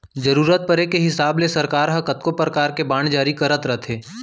जरूरत परे के हिसाब ले सरकार ह कतको परकार के बांड जारी करत रथे